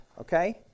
okay